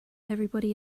everybody